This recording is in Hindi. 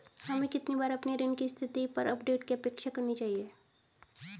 हमें कितनी बार अपने ऋण की स्थिति पर अपडेट की अपेक्षा करनी चाहिए?